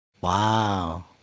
Wow